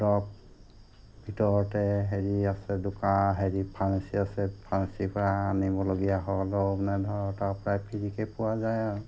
ধৰক ভিতৰতে হেৰি আছে দোকান হেৰি ফাৰ্মাচী আছে ফাৰ্মাচীৰ পৰা আনিবলগীয়া হ'লেও মানে ধৰক তাৰ প্ৰায় ফ্ৰীকৈ পোৱা যায় আৰু